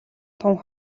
тун